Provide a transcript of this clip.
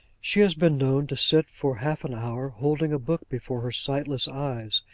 she has been known to sit for half an hour, holding a book before her sightless eyes,